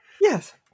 Yes